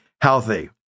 healthy